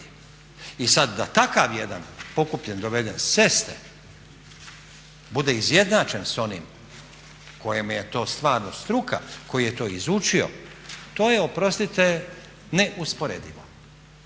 I sad da takav jedan pokupljen, doveden s ceste bude izjednačen s onim kojemu je to stvarno struka koji je to izučio to je oprostite neusporedivo.